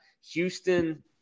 Houston